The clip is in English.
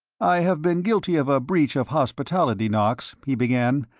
i have been guilty of a breach of hospitality, knox, he began.